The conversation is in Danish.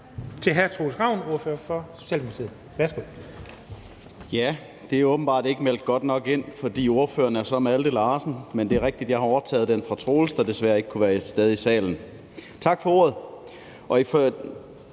til hr. Troels Ravn, ordfører for Socialdemokratiet. Værsgo. Kl. 12:44 (Ordfører) Malte Larsen (S): Det er åbenbart ikke blevet meldt godt nok ind, for ordføreren hedder Malte Larsen, men det er rigtigt, at jeg har overtaget opgaven fra Troels Ravn, der desværre ikke kunne være til stede i salen. Tak for ordet.